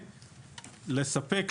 לספק,